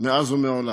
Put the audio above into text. מאז ומעולם.